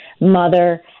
mother